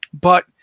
But-